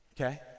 Okay